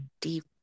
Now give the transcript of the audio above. deep